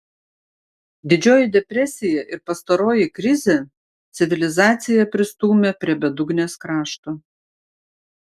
didžioji depresija ir pastaroji krizė civilizaciją pristūmė prie bedugnės krašto